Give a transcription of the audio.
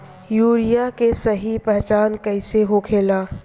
Urea के सही पहचान कईसे होखेला?